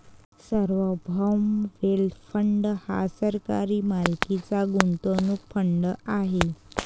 सार्वभौम wealth fund हा सरकारी मालकीचा गुंतवणूक फंड आहे